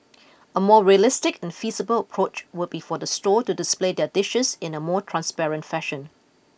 a more realistic and feasible approach would be for the stall to display their dishes in a more transparent fashion